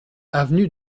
avenue